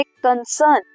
concern